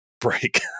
break